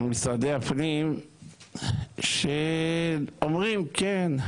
משרדי הפנים שאומרים - כן,